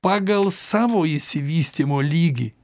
pagal savo išsivystymo lygį